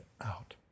out